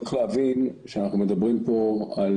צריך להבין, שאנחנו מדברים פה על